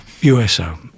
USO